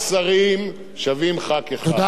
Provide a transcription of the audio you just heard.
תודה רבה לחבר הכנסת בר-און.